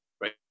right